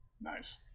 nice